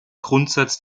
grundsatz